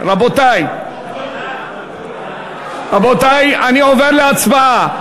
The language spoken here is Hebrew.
רבותי, אני עובר להצבעה.